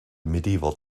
medieval